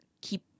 keep